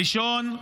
הראשון,